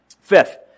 Fifth